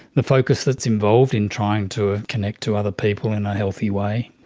the focus that's involved in trying to ah connect to other people in a healthy way,